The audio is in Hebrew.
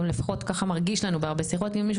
או לפחות ככה מרגיש לנו בשיחות כאילו מישהו